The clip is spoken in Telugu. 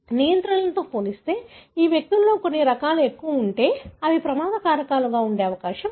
నియంత్రణలతో పోలిస్తే ఈ వ్యక్తులలో కొన్ని రకాలు ఎక్కువగా ఉంటే అవి ప్రమాద కారకాలుగా ఉండే అవకాశం ఉంది